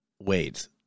wait